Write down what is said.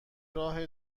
راه